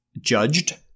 judged